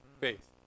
faith